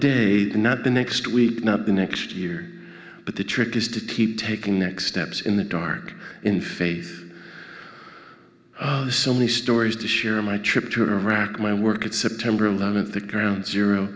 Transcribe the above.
day not the next week not the next year but the trick is to keep taking next steps in the dark in faith so many stories to share my trip to iraq my work at september eleventh the ground zero